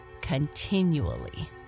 continually